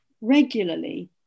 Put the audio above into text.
regularly